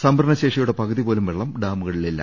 സംഭരണ ശേഷി യുടെ പകുതിപോലും വെള്ളം ഡാമുകളിൽ ഇല്ല